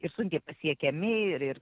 ir sunkiai pasiekiami ir ir